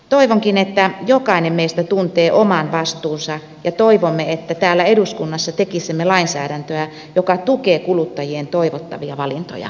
toivonkin että jokainen meistä tuntee oman vastuunsa ja toivomme että täällä eduskunnassa tekisimme lainsäädäntöä joka tukee kuluttajien toivottavia valintoja näissä asioissa